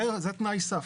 זה תנאי סף.